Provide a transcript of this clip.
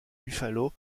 buffalo